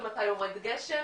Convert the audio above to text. ומתי יורד גשם,